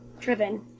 Driven